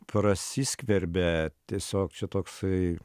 prasiskverbia tiesiog čia toksai